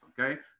Okay